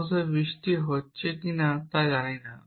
অবশ্য বৃষ্টি হচ্ছে কি না তা জানি না